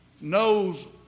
knows